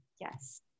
yes